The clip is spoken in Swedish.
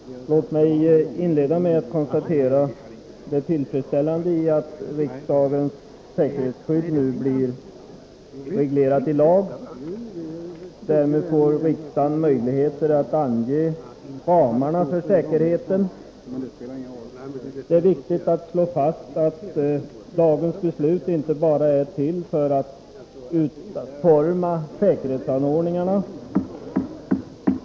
Fru talman! Låt mig inleda med att konstatera det tillfredsställande i att riksdagens säkerhetsskydd nu blir reglerat i lag. Därmed får riksdagen möjlighet att ange ramarna för säkerheten. Det är viktigt att slå fast att dagens beslut inte bara är till för att utforma säkerhetsanordningarna.